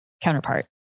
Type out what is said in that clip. counterpart